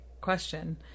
question